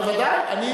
בוודאי.